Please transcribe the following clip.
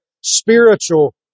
spiritual